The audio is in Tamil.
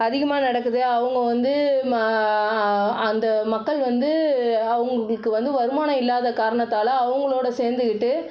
அதிகமாக நடக்குது அவங்க வந்து அந்த மக்கள் வந்து அவங்களுக்கு வந்து வருமானம் இல்லாத காரணத்தால் அவர்களோட சேர்ந்துக்கிட்டு